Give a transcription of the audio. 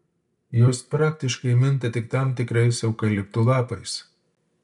jos praktiškai minta tik tam tikrais eukaliptų lapais